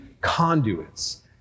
conduits